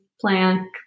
plank